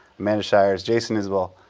amanda shires, jason isbell,